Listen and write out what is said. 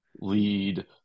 lead